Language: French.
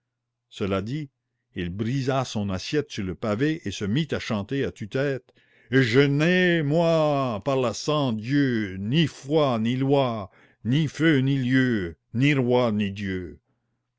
cela dit il brisa son assiette sur le pavé et se mit à chanter à tue-tête et je n'ai moi par la sang dieu ni foi ni loi ni feu ni lieu ni dieu